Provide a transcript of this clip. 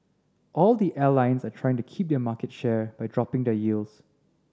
all the airlines are trying to keep their market share by dropping their yields